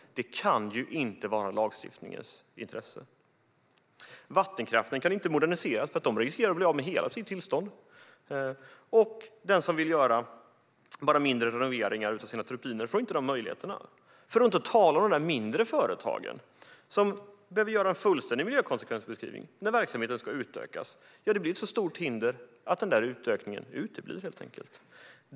Det kan ju inte vara lagstiftningens syfte. Vattenkraften kan inte moderniseras eftersom man riskerar att bli av med hela sitt tillstånd även om man bara vill göra en mindre renovering av sina turbiner. För att inte tala om de mindre företag som behöver göra en fullständig miljökonsekvensbeskrivning när verksamheten ska utökas. Det blir ett så stort hinder att utökningen uteblir.